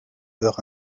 heures